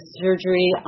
surgery